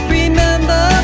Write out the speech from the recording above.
remember